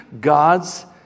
God's